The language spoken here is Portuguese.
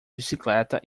bicicleta